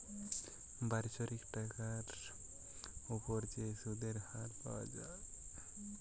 বাৎসরিক টাকার উপর যে সুধের হার পাওয়া যায়